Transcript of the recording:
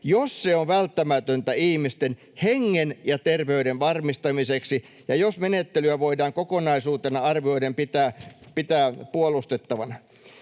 jos se on välttämätöntä ihmisten hengen ja terveyden varmistamiseksi ja jos menettelyä voidaan kokonaisuutena arvioiden pitää puolustettavana.”